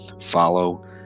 follow